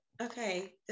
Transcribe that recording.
Okay